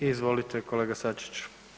I izvolite kolega Sačić.